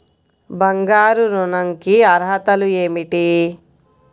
బంగారు ఋణం కి అర్హతలు ఏమిటీ?